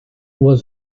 was